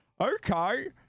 Okay